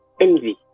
envy